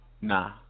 Nah